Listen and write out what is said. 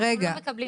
רגע.